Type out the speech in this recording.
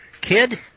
Kid